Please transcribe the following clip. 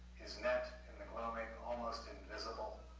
his net almost invisible,